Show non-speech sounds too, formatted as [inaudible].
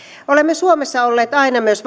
olemme suomessa olleet aina myös [unintelligible]